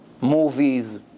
Movies